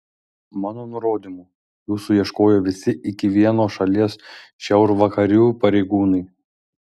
mano nurodymu jūsų ieškojo visi iki vieno šalies šiaurvakarių pareigūnai